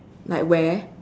like where